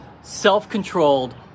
self-controlled